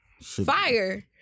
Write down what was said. Fire